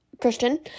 Christian